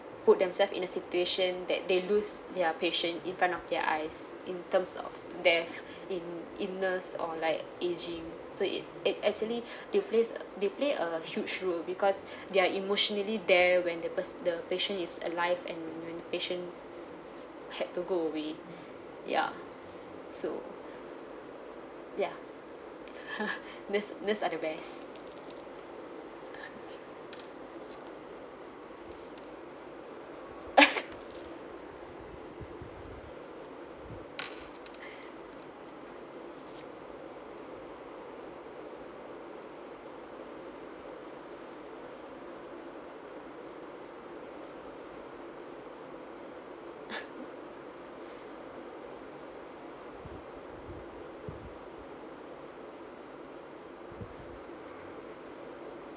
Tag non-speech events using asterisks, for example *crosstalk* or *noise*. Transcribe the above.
put themselves in a situation that they lose their patient in front of their eyes in terms of death in illness or like aging so it it actually they plays a they play a huge role because they are emotionally there when the pers~ patient is alive and when the patient had to go away ya so ya *laughs* nurse nurse are the best *laughs*